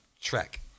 track